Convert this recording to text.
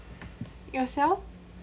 yourself